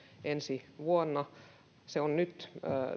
ensi vuonna työ on nyt